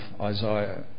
Isaiah